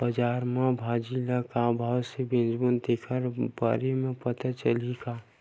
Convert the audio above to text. बजार में भाजी ल का भाव से बेचबो तेखर बारे में पता चल पाही का?